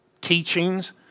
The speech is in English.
teachings